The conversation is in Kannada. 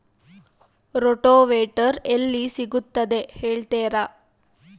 ರೋಟೋವೇಟರ್ ಎಲ್ಲಿ ಸಿಗುತ್ತದೆ ಹೇಳ್ತೇರಾ?